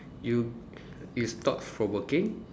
you it's thought provoking